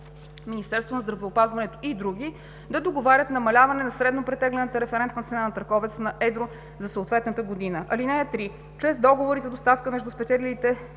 Министерството на здравеопазването и др.) да договарят намаляване на „Среднопретеглена референтна цена на търговец на едро“ за съответната година. (3) Чрез договора за доставка между спечелилите